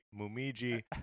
Mumiji